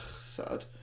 sad